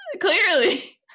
Clearly